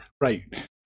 Right